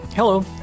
Hello